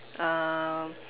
uh